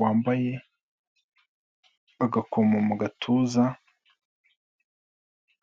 wambaye agakomo mu gatuza.